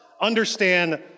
understand